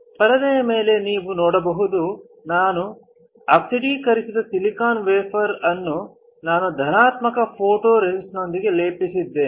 ಪರದೆಯ ಮೇಲೆ ನೀವು ನೋಡಬಹುದು ನನ್ನ ಆಕ್ಸಿಡೀಕರಿಸಿದ ಸಿಲಿಕೋನ್ ವೇಫರ್ ಅನ್ನು ನಾನು ಧನಾತ್ಮಕ ಫೋಟೊರೆಸಿಸ್ಟ್ನೊಂದಿಗೆ ಲೇಪಿಸಿದ್ದೇನೆ